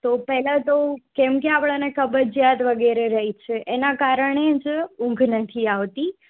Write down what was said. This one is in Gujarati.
તો પહેલાં તો કેમ કે આપણને કબજિયાત વગરે રહે છે એનાં કારણે જ ઊંઘ નથી આવતી